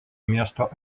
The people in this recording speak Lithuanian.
miesto